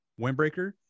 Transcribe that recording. windbreaker